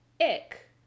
ick